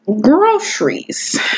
groceries